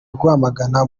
rwamagana